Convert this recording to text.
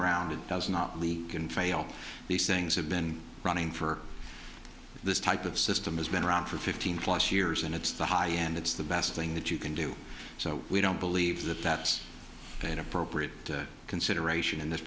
ground it does not leak can fail these things have been running for this type of system has been around for fifteen plus years and it's the high end it's the best thing that you can do so we don't believe that that's an appropriate consideration in this